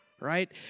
right